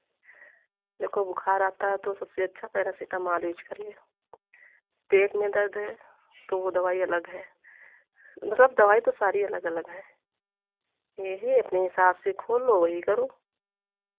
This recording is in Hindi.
देखो बुखार आता है तो सबसे अच्छा पारासीटामोल यूज़ करिए पेट में दर्द है तो वो दवाई अलग है मतलब दवाई तो सारी अलग अलग हैं ये ही अपने हिसाब से खोल लो वही करो